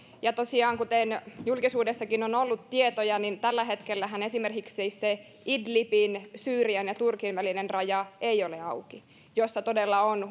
ja tosiaan kuten julkisuudessakin on ollut tietoja tällä hetkellähän esimerkiksi se idlibin syyrian ja turkin välinen raja ei ole auki jossa todella on